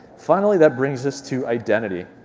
finally that brings us to identity,